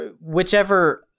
whichever